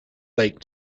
lake